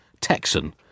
Texan